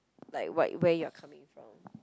like what where you're coming from